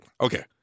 Okay